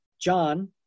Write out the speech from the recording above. John